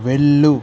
వెళ్ళు